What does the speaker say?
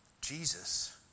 Jesus